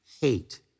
hate